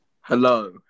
Hello